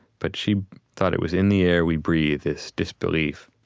but she thought it was in the air we breathe, this disbelief